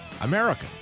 America